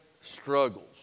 struggles